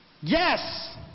Yes